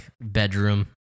bedroom